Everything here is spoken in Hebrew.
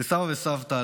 לסבא וסבתא,